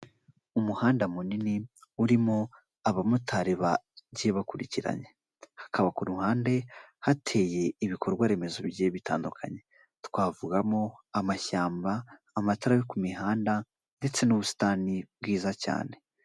Umuhanda munini urimo abamotari bagiye bakurikiranye, hakaba ku ruhande hateye ibikorwa remezo bigiye bitandukanye, twavugamo amashyamba, amatara yo ku mihanda ndetse n'ubusitani bwiza cyane.